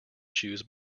shoes